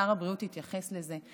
שר הבריאות התייחס לזה.